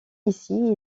ici